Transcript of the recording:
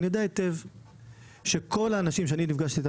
ואני יודע היטב שכל האנשים שאני נפגשתי איתם